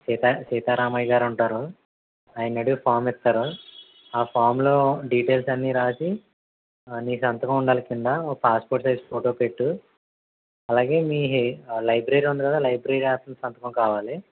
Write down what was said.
సీతా సీతారామయ్య గారు ఉంటారు ఆయన్ని అడుగు ఫార్మ్ ఇస్తారు ఆ ఫార్మ్లో డీటెయిల్స్ అన్నీ రాసి నీ సంతకం ఉండాలి కింద ఓ పాస్పోర్ట్ సైజ్ ఫోటో పెట్టు అలాగే మీ హే లైబ్రరీ ఉంది కదా లైబ్రరీ ఆఫీసర్ సంతకం కావాలి